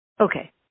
Okay